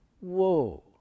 Whoa